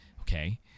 okay